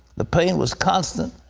the pain was constant.